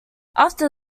after